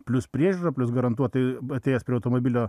plius priežiūra plius garantuotai atėjęs prie automobilio